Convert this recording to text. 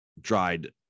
dried